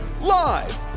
Live